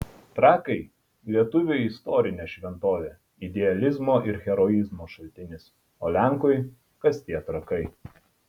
trakai lietuviui istorinė šventovė idealizmo ir heroizmo šaltinis o lenkui kas tie trakai